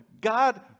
God